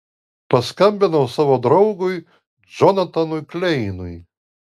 paskambinau savo draugui džonatanui kleinui